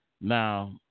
Now